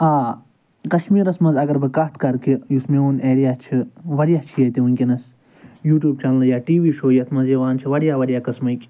آ کَشمیٖرَس منٛز اَگر بہٕ کَتھ کَرٕ کہِ یُس میون ایرِیا چھِ واریاہ چھِ ییٚتہِ وٕنۍکٮ۪ںَس یوٗٹیوٗب چَنلہٕ یا ٹی وی شوٚو یَتھ منٛز یِوان چھِ واریاہ واریاہ قٕسمٕکۍ